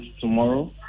tomorrow